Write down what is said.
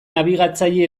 nabigatzaile